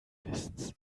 wissens